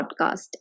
Podcast